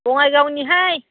बङाइगावनिहाय